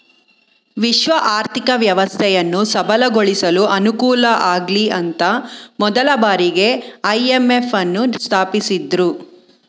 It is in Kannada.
ವಿಶ್ವ ಆರ್ಥಿಕ ವ್ಯವಸ್ಥೆಯನ್ನು ಸಬಲಗೊಳಿಸಲು ಅನುಕೂಲಆಗ್ಲಿಅಂತ ಮೊದಲ ಬಾರಿಗೆ ಐ.ಎಂ.ಎಫ್ ನ್ನು ಸ್ಥಾಪಿಸಿದ್ದ್ರು